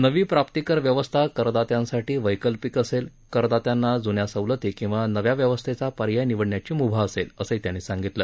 नवी प्राप्तीकर व्यवस्था करदात्यांसाठी वैकल्पिक असेल करदात्यांना जून्या सवलती किंवा नव्या व्यवस्थेचा पर्याय निवडण्याची मुभा असेल असंही त्यांनी सांगितलं